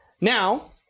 Now